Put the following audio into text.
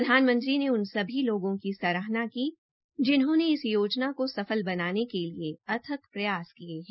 प्रधानमंत्री ने उन सभी लोगों की सहाहना की जिन्होंने इस योजना को सफल बनाने के लिए अथक प्रयास किये है